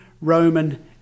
Roman